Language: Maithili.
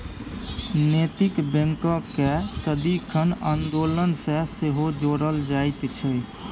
नैतिक बैंककेँ सदिखन आन्दोलन सँ सेहो जोड़ल जाइत छै